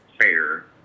fair